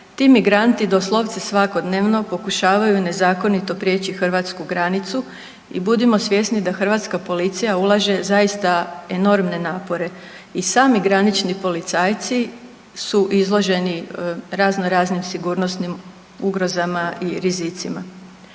Ti migranti doslovce svakodnevno pokušavaju nezakonito prijeći hrvatsku granicu i budimo svjesni da hrvatska policija ulaže zaista enormne napore. I sami granični policajci su izloženi razno raznim sigurnosnim ugrozama i rizicima.